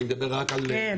אני מדבר רק על --- כן,